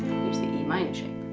the e minor shape.